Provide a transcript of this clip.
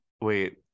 wait